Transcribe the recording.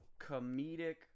comedic